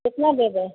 कितना देदें